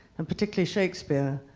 and particularly shakespeare.